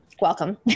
welcome